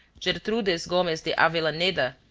gertrudis gomez de avellaneda,